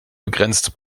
begrenzt